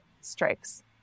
strikes